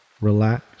relax